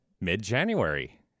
mid-January